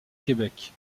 québec